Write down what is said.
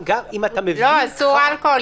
אם אתה מביא --- לא, היא אומרת שאסור אלכוהול.